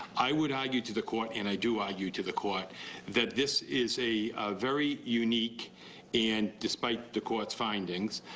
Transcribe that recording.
i would argue to the court and i do argue to the court that this is a very unique and despite the courts findings,